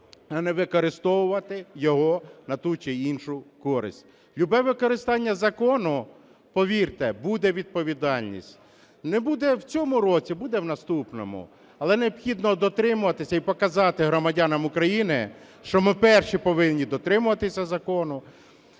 а не використовувати його на ту чи іншу користь. Любе використання закону, повірте, буде відповідальність. Не буде в цьому році – буде в наступному. Але необхідно дотримуватися і показати громадянам України, що ми перші повинні дотримуватися закону,